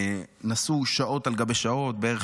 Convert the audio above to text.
נסעו שעות על גבי שעות,